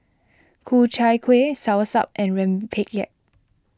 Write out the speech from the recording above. Ku Chai Kuih Soursop and Rempeyek